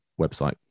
website